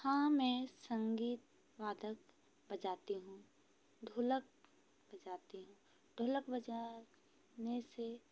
हाँ मैं संगीत वादक बजाती हूँ ढोलक बजाती हूँ ढोलक बजाने से